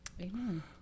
Amen